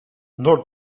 noord